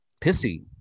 pissy